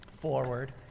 Forward